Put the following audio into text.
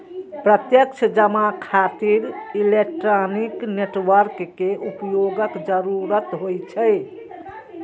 प्रत्यक्ष जमा खातिर इलेक्ट्रॉनिक नेटवर्क के उपयोगक जरूरत होइ छै